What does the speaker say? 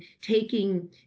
taking